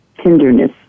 tenderness